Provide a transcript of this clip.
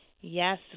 yes